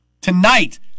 Tonight